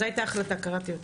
זו הייתה ההחלטה, קראתי אותה,